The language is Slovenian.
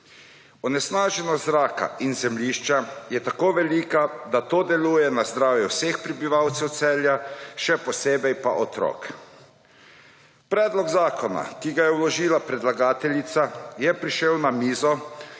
Onesnaženost zraka in zemljišča je tako velika, da to deluje na zdravje vseh prebivalcev Celja, še posebej pa otrok. Predlog zakona, ki ga je vložila predlagateljica, je prišel na mizo